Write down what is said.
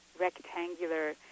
rectangular